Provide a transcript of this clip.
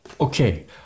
Okay